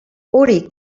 hori